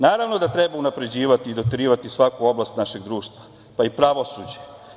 Naravno da treba unapređivati i doterivati svaku oblast našeg društva, pa i pravosuđe.